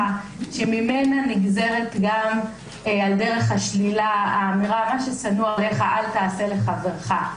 שממנה נגזרת גם על דרך השלילה האמירה מה ששנוא עליך אל תעשה לחברך.